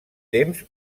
temps